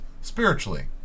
spiritually